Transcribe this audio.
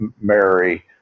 Mary